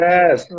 Yes